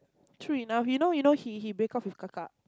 true enough you know you know he he break off with kaka